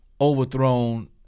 overthrown